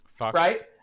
right